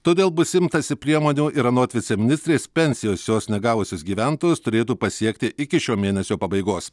todėl bus imtasi priemonių ir anot viceministrės pensijos jos negavusius gyventojus turėtų pasiekti iki šio mėnesio pabaigos